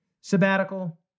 Sabbatical